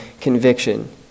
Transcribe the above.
conviction